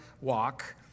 walk